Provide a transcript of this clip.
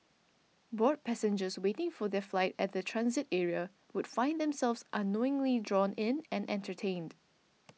bored passengers waiting for their flight at the transit area would find themselves unknowingly drawn in and entertained